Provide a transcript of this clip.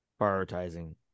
prioritizing